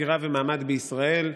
הגירה ומעמד בישראל,